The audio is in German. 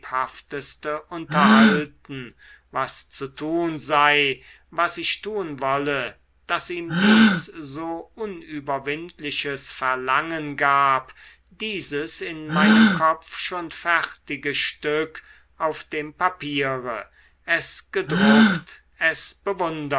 lebhafteste unterhalten was zu tun sei was ich tun wolle daß ihm dies so unüberwindliches verlangen gab dieses in meinem kopf schon fertige stück auf dem papiere es gedruckt es bewundert